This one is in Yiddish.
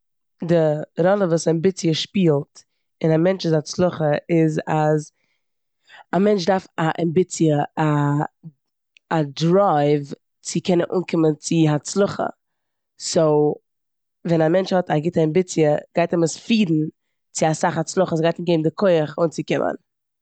די ראלע וואס אמביציע שפילט אין א מענטש'ס הצלחה איז אז א מענטש דארף א אמביציע, א- א דרייוו צו קענען אנקומען צו הצלחה. סאו ווען א מענטש האט א גוטע אמביציע גייט אים עס פירן צו אסאך הצלחה, ס'גייט אים גיבן די כח אנצוקומען.